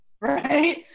right